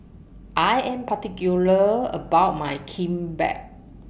I Am particular about My Kimbap